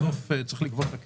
בסוף צריך לגבות את הכסף.